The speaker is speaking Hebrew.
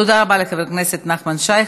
תודה רבה לחבר הכנסת נחמן שי.